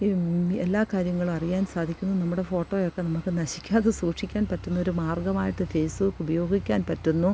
എല്ലാ കാര്യങ്ങളും അറിയാൻ സാധിക്കുന്നു നമ്മുടെ ഫോട്ടോയൊക്കെ നമുക്ക് നശിക്കാതെ സൂക്ഷിക്കാൻ പറ്റുന്നൊരു മാർഗ്ഗമായിട്ട് ഫേസ്ബുക്ക് ഉപയോഗിക്കാൻ പറ്റുന്നു